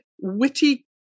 witty